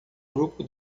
grupo